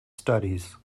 studies